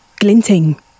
glinting